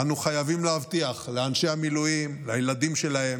אנו חייבים להבטיח לאנשי המילואים, לילדים שלהם,